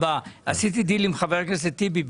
עשיתי דיל עם חבר הכנסת טיבי,